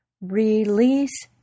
Release